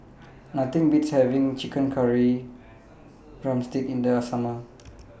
Nothing Beats having Chicken Curry Drumstick in The Summer